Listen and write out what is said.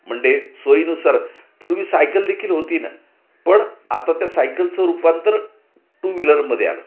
म्हणजे सोयीनुसार पूर्वी सायकलदेखील होती ना पण आता त्या सायकलचं रूपांतर टू व्हीलरमध्ये आलं